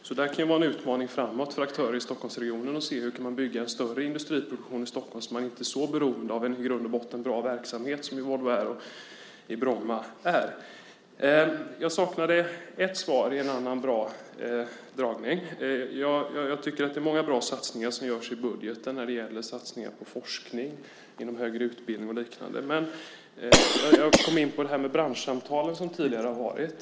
Så detta kan vara en utmaning framåt för aktörer i Stockholmsregionen att se hur man kan bygga en större industriproduktion i Stockholm så att man inte är så beroende av en i grund och botten bra verksamhet som den i Volvo Aero i Bromma är. Jag saknade ett svar i en annan bra dragning. Jag tycker att det föreslås många bra satsningar i budgeten inom forskning, högre utbildning och liknande. Jag kom in på de branschsamtal som tidigare har förts.